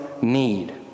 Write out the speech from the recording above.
need